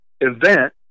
event